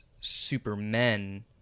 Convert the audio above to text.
Supermen